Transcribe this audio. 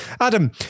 Adam